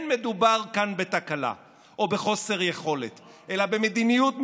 לא מדובר כאן בתקלה או בחוסר יכולת אלא במדיניות מכוונת,